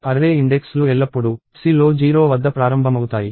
array index లు ఎల్లప్పుడూ Cలో 0 వద్ద ప్రారంభమవుతాయి